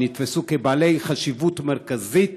שנתפסו כבעלי חשיבות מרכזית